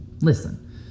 listen